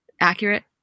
accurate